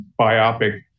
biopic